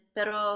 Pero